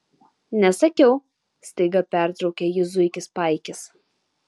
nesakiau staiga pertraukė jį zuikis paikis